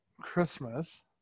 Christmas